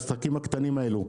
לעסקים הקטנים האלו.